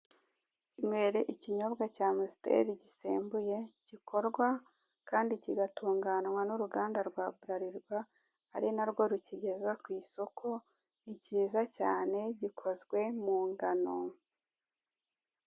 Inywere ikinyobwa cya amusiteli gisembuye gikorwa kandi kigatunganywa n'uruganda rwa buralirwa ari na rwo rukigeza ku isoko ni kiza cyane kandi gikozwe mu ingano.